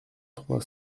trois